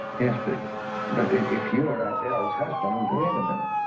yes but but if you're at doubts husband wait a minute